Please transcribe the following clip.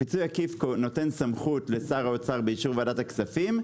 הפיצוי העקיף נותן סמכות לשר האוצר באישור ועדת הכספים,